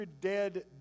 dead